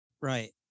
Right